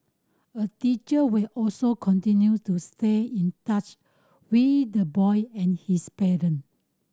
a teacher will also continue to stay in touch with the boy and his parent